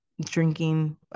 Drinking